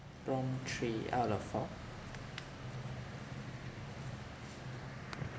prompt three out of four